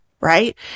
right